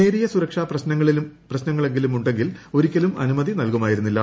നേരിയ സുരക്ഷാ പ്രശ്നങ്ങളെങ്കിലും ഉണ്ടെങ്കിൽ ഒരിക്കലും അനുമതി നൽകുമായിരുന്നില്ല